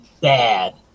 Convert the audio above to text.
bad